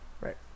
Right